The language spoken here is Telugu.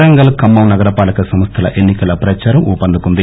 వరంగల్ ఖమ్మం నగరపాలక సంస్థల ఎన్ని కల ప్రచారం ఊపందుకుంది